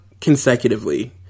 consecutively